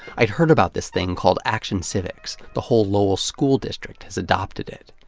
i'd heard about this thing called action civics. the whole lowell school district has adopted it.